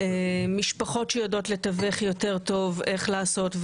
משפחות שיודעות לתווך יותר טוב איך לעשות,